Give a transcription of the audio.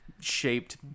Shaped